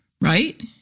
right